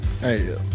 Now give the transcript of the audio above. Hey